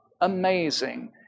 amazing